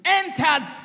enters